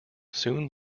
soon